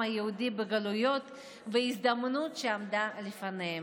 היהודי בגלות ואת ההזדמנות שעמדה לפניהם.